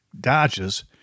Dodges